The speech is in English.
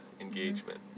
engagement